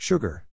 Sugar